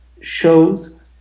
shows